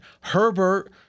Herbert